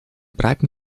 breiten